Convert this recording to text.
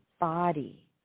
body